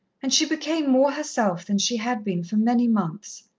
and she became more herself than she had been for many months.